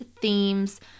themes